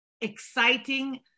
exciting